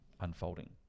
unfolding